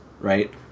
right